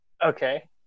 Okay